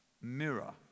mirror